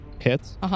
hits